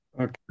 Okay